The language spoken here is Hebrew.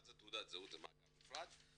אחד זה תעודת הזהות מאגר נפרד,